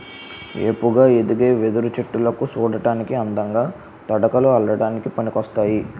ఏపుగా ఎదిగే వెదురు చెట్టులు సూడటానికి అందంగా, తడకలు అల్లడానికి పనికోస్తాయి